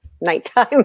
nighttime